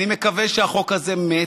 אני מקווה שהחוק הזה מת,